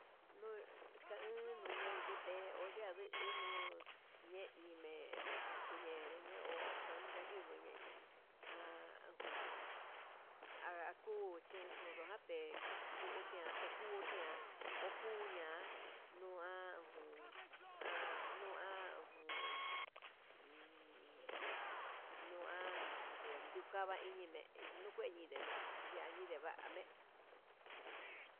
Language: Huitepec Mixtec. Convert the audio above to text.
Nuu ka'a ninu yete'e yandino ñeñime kuñenro nguen ho yan kayinime, ha jun ha kuu chinundua ndekutua tekutua, okuu ña'a ña ujun ha nujan ujun emm nuan ñiukava iñime nukue ñindeme yendide va'a me.